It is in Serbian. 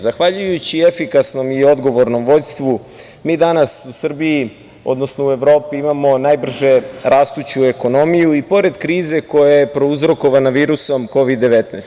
Zahvaljujući efikasnom i odgovornom vođstvu, mi danas u Srbiji, odnosno u Evropi, imamo najbrže rastuću ekonomiju, i pored krize koja je prouzrokovana virusom Kovid - 19.